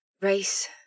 Race